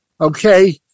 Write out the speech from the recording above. Okay